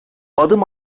adım